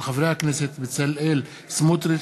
של חברי הכנסת בצלאל סמוטריץ,